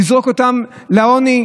לזרוק אותן לעוני?